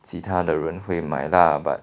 其他的人会买啦 but